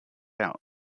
out